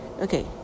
Okay